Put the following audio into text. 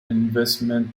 investment